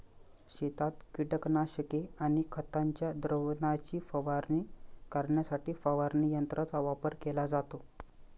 शेतात कीटकनाशके आणि खतांच्या द्रावणाची फवारणी करण्यासाठी फवारणी यंत्रांचा वापर केला जातो